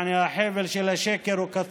(אומר בערבית ומתרגם:) יעני החבל של השקר הוא קצר.